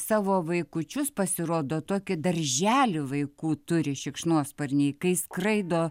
savo vaikučius pasirodo tokį darželį vaikų turi šikšnosparniai kai skraido